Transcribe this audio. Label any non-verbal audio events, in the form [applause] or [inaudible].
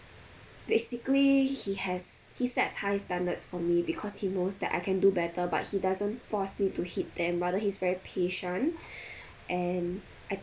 basically he has he sets high standards for me because he knows that I can do better but he doesn't force me to hit them rather he's very patient [breath] and I